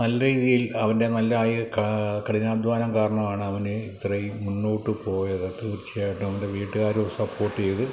നല്ല രീതിയിൽ അവൻ്റെ നല്ല കാ കഠിനാധ്വാനം കാരണമാണ് അവന് ഇത്രയും മുന്നോട്ടുപോയത് തീർച്ചയായിട്ടും അവൻ്റെ വീട്ടുകാര് സപ്പോർട്ട് ചെയ്തു